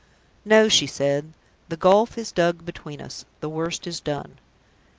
no! she said the gulf is dug between us the worst is done!